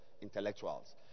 Intellectuals